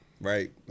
Right